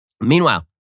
Meanwhile